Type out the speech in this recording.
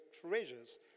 treasures